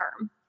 term